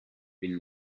been